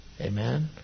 Amen